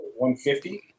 150